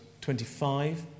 25